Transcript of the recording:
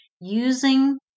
using